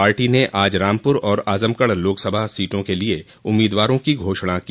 party ने आज रामपुर और आजमगढ़ लोकसभा सीटों के लिए उम्मीदवारों की घोषणा को